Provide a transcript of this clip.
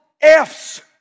F's